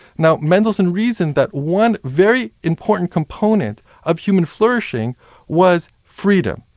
now, mendelssohn reasoned that one very important component of human flourishing was freedom.